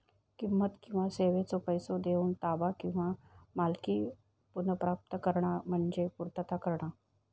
किंमत किंवा सेवेचो पैसो देऊन ताबा किंवा मालकी पुनर्प्राप्त करणा म्हणजे पूर्तता करणा